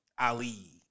Ali